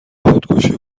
خودکشی